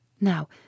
Now